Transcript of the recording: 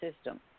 system